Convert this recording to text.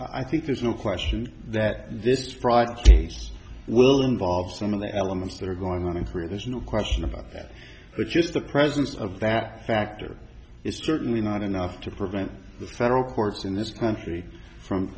i think there's no question that this product will involve some of the elements that are going through there's no question about that but just the presence of that factor is certainly not enough to prevent the federal courts in this country from